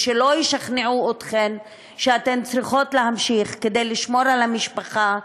ושלא ישכנעו אתכן שאתן צריכות להמשיך כדי לשמור על המשפחה,